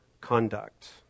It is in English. conduct